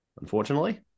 unfortunately